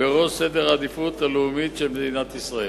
בראש סדר העדיפויות הלאומי של מדינת ישראל.